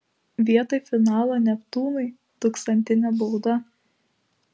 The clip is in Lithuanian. vietoj finalo neptūnui tūkstantinė bauda